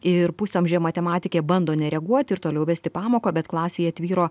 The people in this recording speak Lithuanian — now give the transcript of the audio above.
ir pusamžė matematikė bando nereaguoti ir toliau vesti pamoką bet klasėje tvyro